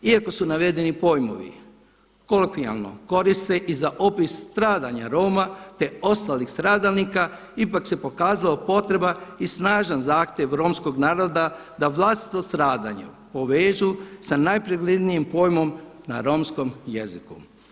Iako se navedeni pojmovi kolokvijalno koriste i za opis stradanja Roma te ostalih stradalnika ipak se pokazala potreba i snažan zahtjev romskog naroda da vlastito stradanje povežu sa najpreglednijim pojmom na romskom jeziku.